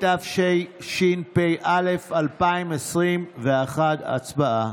התשפ"א 2021. הצבעה.